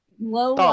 low